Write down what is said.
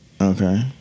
Okay